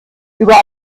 über